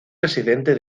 residente